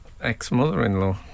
ex-mother-in-law